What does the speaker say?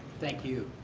thank you.